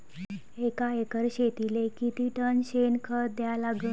एका एकर शेतीले किती टन शेन खत द्या लागन?